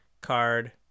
card